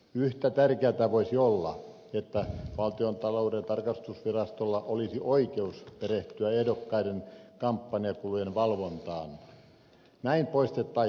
yhtä tärkeätä voisi olla että valtiontalouden tarkastusvirastolla olisi oikeus perehtyä ehdokkaiden kampanjakulujen valvontaan